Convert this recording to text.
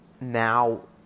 now